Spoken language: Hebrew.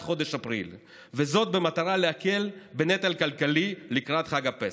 חודש אפריל וזאת במטרה להקל את הנטל הכלכלי לקראת חג הפסח.